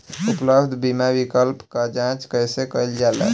उपलब्ध बीमा विकल्प क जांच कैसे कइल जाला?